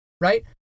right